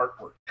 artwork